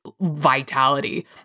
vitality